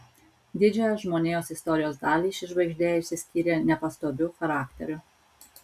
didžiąją žmonijos istorijos dalį ši žvaigždė išsiskyrė nepastoviu charakteriu